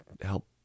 help